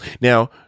Now